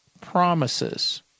promises